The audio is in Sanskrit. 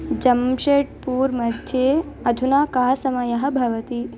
जंशेड्पूर् मध्ये अधुना कः समयः भवति